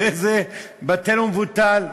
הרי זה בטל ומבוטל,